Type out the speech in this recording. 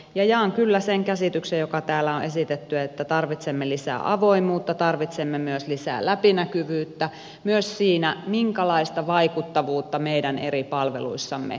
ja jaan kyllä sen käsityksen joka täällä on esitetty että tarvitsemme lisää avoimuutta ja tarvitsemme lisää läpinäkyvyyttä myös siinä minkälaista vaikuttavuutta meidän eri palveluissamme kansalaiset saavat